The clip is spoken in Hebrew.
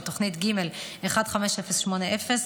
ותוכנית ג/15080,